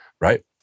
Right